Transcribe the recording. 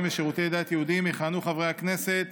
ושירותי דת יהודיים יכהנו חברי הכנסת